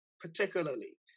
particularly